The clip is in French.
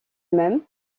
même